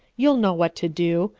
you'll know what to do.